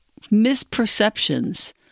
misperceptions